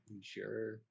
sure